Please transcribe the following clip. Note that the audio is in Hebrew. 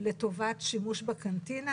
לטובת שימוש בקנטינה?